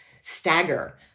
stagger